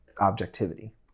objectivity